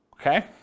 Okay